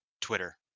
Twitter